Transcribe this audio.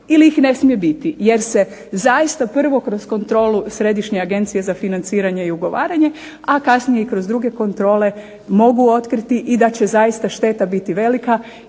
ili ih ne smije biti jer se zaista prvo kroz kontrolu Središnje agencije za financiranje i ugovaranje, a kasnije i kroz druge kontrole mogu otkriti i da će zaista šteta biti velika